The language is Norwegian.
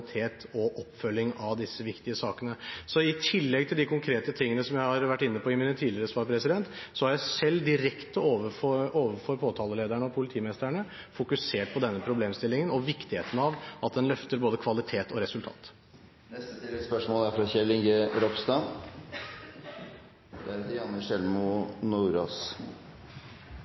og oppfølging av disse viktige sakene. Så i tillegg til de konkrete tingene som jeg har vært inne på i mine tidligere svar, har jeg selv direkte overfor påtalelederne og politimestrene fokusert på denne problemstillingen og viktigheten av at en løfter både kvalitet og resultat. Kjell Ingolf Ropstad – til oppfølgingsspørsmål. Takk for et godt og viktig spørsmål og gode svar fra